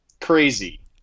crazy